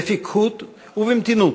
בפיקחות ובמתינות.